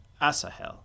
Asahel